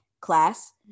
class